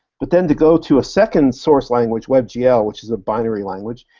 but then to go to a second source language, webgl, which is a binary language,